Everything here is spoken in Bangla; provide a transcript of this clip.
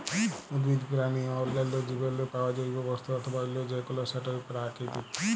উদ্ভিদ, পেরানি অ অল্যাল্য জীবেরলে পাউয়া জৈব বস্তু অথবা অল্য যে কল সেটই পেরাকিতিক